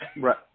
right